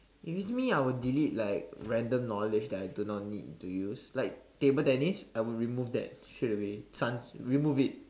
if it's me I would delete like random knowledge that I do not need to use like table tennis I would remove that straight away chance remove it